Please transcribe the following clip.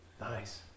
Nice